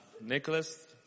Nicholas